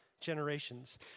generations